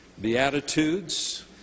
Beatitudes